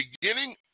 beginning